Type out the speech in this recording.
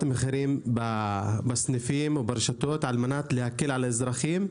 המחירים בסניפים וברשתות על מנת להקל על האזרחים.